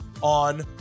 on